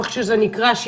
או איך שזה נקרא,